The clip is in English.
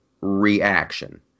reaction